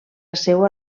seua